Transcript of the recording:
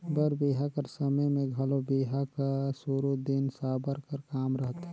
बर बिहा कर समे मे घलो बिहा कर सुरू दिन साबर कर काम रहथे